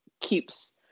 keeps